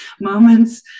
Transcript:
moments